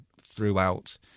throughout